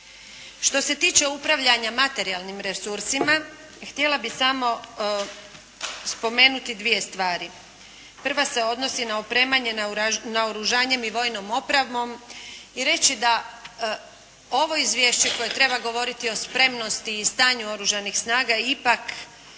Što se tiče upravljanja materijalnim resursima, htjela bih samo spomenuti 2 stvari. Prva se odnosi na opremanje naoružanjem i vojnom opremom i reći da ovo izvješće koje treba govoriti o spremnosti i stanju Oružanih snaga ipak